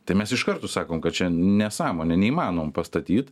tai mes iš karto sakom kad čia nesąmonė neįmanoma pastatyt